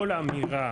כל אמירה